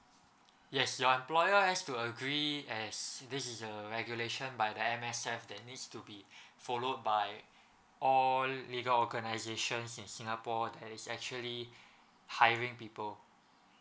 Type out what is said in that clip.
yes your employer has to agree as this is the regulation by the M_S_F that needs to be followed by all legal organizations in singapore that is actually hiring people